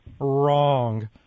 wrong